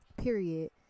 Period